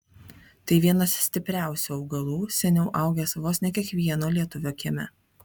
tai vienas stipriausių augalų seniau augęs vos ne kiekvieno lietuvio kieme